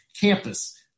campus